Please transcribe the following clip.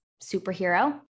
superhero